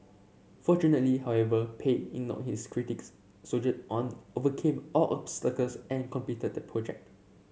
fortunately however Pei ignored his critics soldiered on overcame all obstacles and completed project